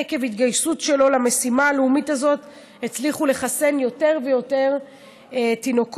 עקב התגייסות שלו למשימה הלאומית הזאת הצליחו לחסן יותר ויותר תינוקות